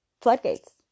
floodgates